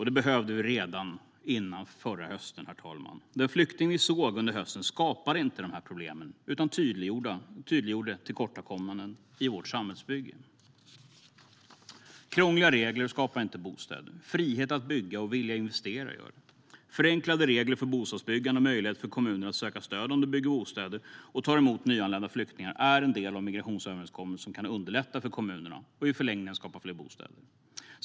Det behövde vi redan före förra hösten, herr talman. Den flyktingvåg vi såg under hösten skapade inte dessa problem utan tydliggjorde tillkortakommanden i vårt samhällsbygge. Krångliga regler skapar inte bostäder. Det är frihet att bygga och vilja att investera som gör det. En del av migrationsöverenskommelsen är förenklade regler för bostadsbyggande och möjlighet för kommuner att söka stöd om de bygger bostäder och tar emot nyanlända flyktingar. Det kan underlätta för kommunerna och i förlängningen skapa fler bostäder.